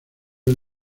del